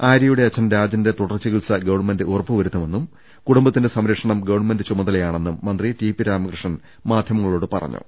ആര്യയുടെ അച്ഛൻ രാജന്റെ തുടർ ചികിൽസ ഗവൺമെന്റ് ഉറപ്പ് വരുത്തുമെന്നും കുടുംബത്തിന്റെ സംരക്ഷണം ഗവൺമെന്റ് ചുമതലയാണെന്നും മന്ത്രി ടി പി രാമകൃഷ്ണൻ മാധ്യമപ്രവർത്തകരോട് പറഞ്ഞു